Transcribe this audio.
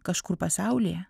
kažkur pasaulyje